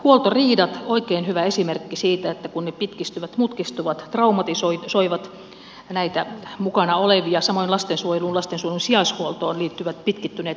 huoltoriidat ovat oikein hyvä esimerkki siitä että kun ne pitkistyvät ne mutkistuvat traumatisoivat näitä mukana olevia samoin lastensuojeluun lastensuojelun sijaishuoltoon liittyvät pitkittyneet prosessit